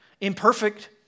Imperfect